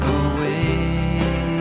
away